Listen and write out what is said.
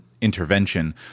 intervention